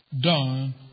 done